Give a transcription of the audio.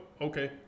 okay